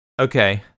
Okay